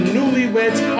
Newlyweds